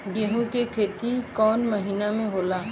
गेहूं के खेती कौन महीना में होला?